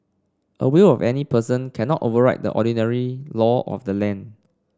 a will of any person cannot override the ordinary law of the land